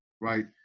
right